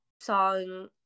song